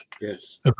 Yes